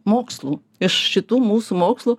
mokslų iš šitų mūsų mokslų